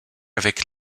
avec